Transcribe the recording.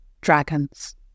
dragons